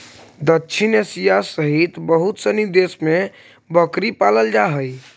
दक्षिण एशिया सहित बहुत सनी देश में बकरी पालल जा हइ